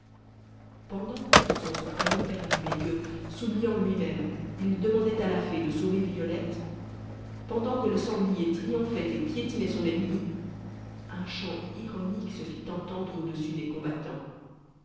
pendant qu'ourson se croyait perdu et que s'oubliant lui-même il demandait à la fée de sauver violette pendant que le sanglier triomphait et piétinait son ennemi un chant ironique se fit entendre au-dessus des combattants